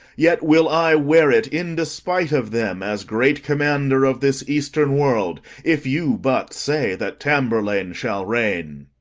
yet will i wear it in despite of them, as great commander of this eastern world, if you but say that tamburlaine shall reign.